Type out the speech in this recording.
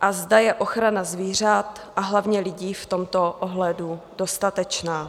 a zda je ochrana zvířat, a hlavně lidí v tomto ohledu dostatečná.